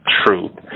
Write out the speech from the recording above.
truth